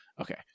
Okay